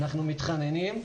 אנחנו מתחננים: